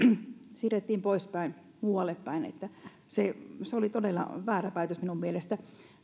siirrettiin muuallepäin se se oli todella väärä päätös minun mielestäni